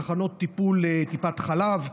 תחנות טיפול טיפת חלב,